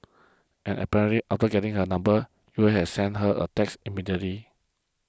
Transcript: and apparently after getting her number U had sent her a text immediately